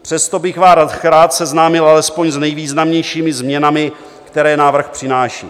Přesto bych vás rád seznámil alespoň s nejvýznamnějšími změnami, které návrh přináší.